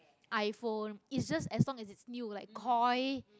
iPhone it just as long as is new like Koi